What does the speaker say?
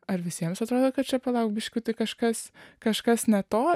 ar visiems atrodo kad čia palauk biškutį kažkas kažkas ne to